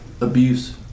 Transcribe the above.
abuse